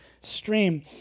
stream